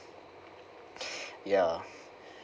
ya